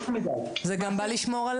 קודם כול, זה נועד לשמור על